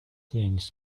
things